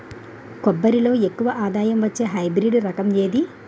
కొబ్బరి లో ఎక్కువ ఆదాయం వచ్చే హైబ్రిడ్ రకం ఏది?